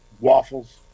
Waffles